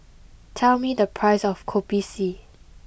tell me the price of Kopi C